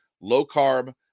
low-carb